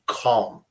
calm